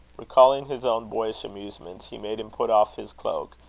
recalling his own boyish amusements, he made him put off his cloak,